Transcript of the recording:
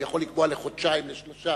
הוא יכול לקבוע לחודשיים, לשלושה.